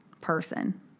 person